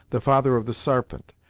the father of the sarpent,